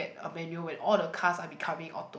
get a manual when all the cars are becoming auto